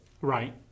Right